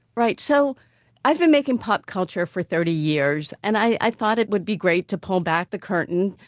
right, so i've been making pop culture for thirty years, and i thought it would be great to pull back the curtain,